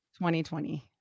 2020